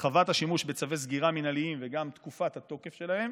הרחבת השימוש בצווי סגירה מינהליים וגם תקופת התוקף שלהם,